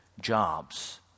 jobs